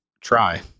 try